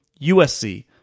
USC